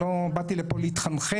אני לא באתי לפה להתחנחן.